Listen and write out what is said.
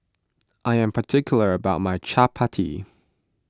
I am particular about my Chappati